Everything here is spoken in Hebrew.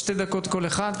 שתי דקות כל אחד,